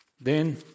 Then